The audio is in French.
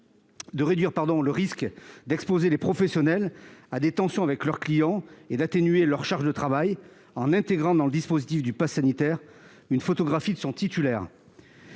atténuer le risque d'exposer les professionnels à des tensions avec leurs clients et réduire leur charge de travail, en intégrant dans le dispositif du passe sanitaire une photographie de son titulaire.